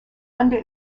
under